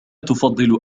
تفضل